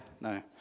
No